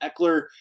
Eckler